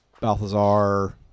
Balthazar